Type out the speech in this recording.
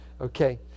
okay